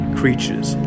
creatures